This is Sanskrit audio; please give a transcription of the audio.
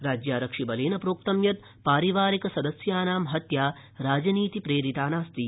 राज्यरक्षिबलेन प्रोक्त यत् पारिवारिकसदस्यानां हत्या राजनीतिप्रेरिता नास्ति